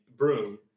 broom